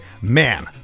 man